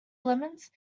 lemons